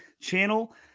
channel